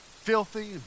filthy